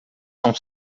são